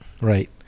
Right